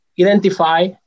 identify